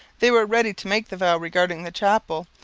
they were ready to make the vow regarding the chapel,